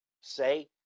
say